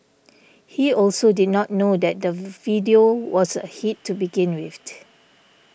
he also did not know that the video was a hit to begin with